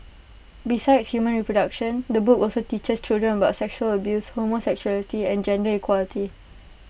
besides human reproduction the book also teaches children about sexual abuse homosexuality and gender equality